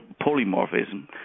polymorphism